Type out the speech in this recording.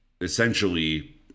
essentially